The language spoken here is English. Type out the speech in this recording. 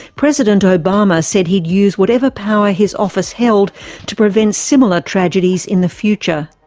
president obama said he'd use whatever power his office held to prevent similar tragedies in the future.